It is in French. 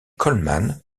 coleman